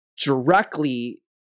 directly